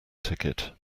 ticket